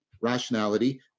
rationality